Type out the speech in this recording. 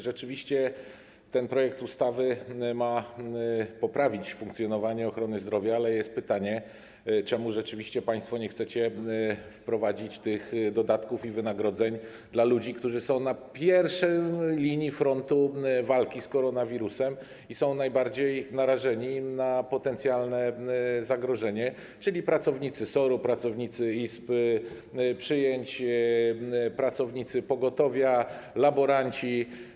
Rzeczywiście ten projekt ustawy ma poprawić funkcjonowanie ochrony zdrowia, ale jest pytanie, czemu państwo nie chcecie wprowadzić tych dodatków i wynagrodzeń dla ludzi, którzy są na pierwszej linii frontu walki z koronawirusem i są najbardziej narażeni na potencjalne zagrożenie, czyli pracowników SOR-u, pracowników izby przyjęć, pracowników pogotowia, laborantów.